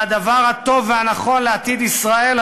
והדבר הטוב והנכון לעתיד ישראל,